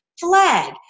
flag